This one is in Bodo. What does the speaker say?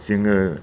जोङो